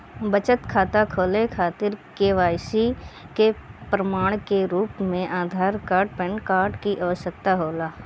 बचत खाता खोले खातिर के.वाइ.सी के प्रमाण के रूप में आधार आउर पैन कार्ड की आवश्यकता होला